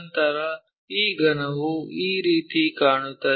ನಂತರ ಈ ಘನವು ಈ ರೀತಿ ಕಾಣುತ್ತದೆ